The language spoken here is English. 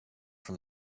from